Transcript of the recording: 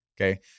Okay